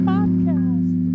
Podcast